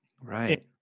Right